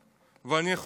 ואני יכול להגיד